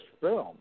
film